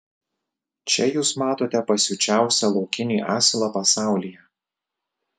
čia jūs matote pasiučiausią laukinį asilą pasaulyje